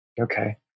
Okay